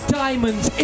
diamonds